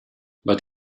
but